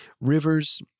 rivers